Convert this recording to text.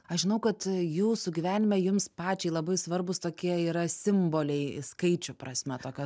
aš žinau kad jūsų gyvenime jums pačiai labai svarbūs tokie yra simboliai skaičių prasme tokios